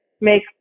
make